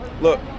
Look